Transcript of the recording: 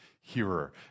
hearer